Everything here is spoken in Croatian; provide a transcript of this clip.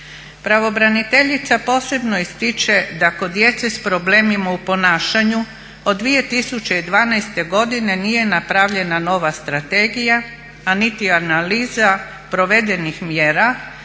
Pravobraniteljica posebno ističe da kod djece s problemima u ponašanju od 2012. godine nije napravljena nova strategija, a niti analiza provedenih mjera,